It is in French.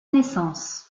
naissance